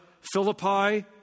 Philippi